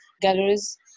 galleries